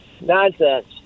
Nonsense